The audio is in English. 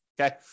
Okay